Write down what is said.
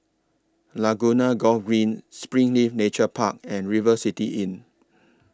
Laguna Golf Green Springleaf Nature Park and River City Inn